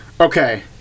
Okay